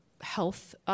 health